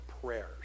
prayers